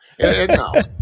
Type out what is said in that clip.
no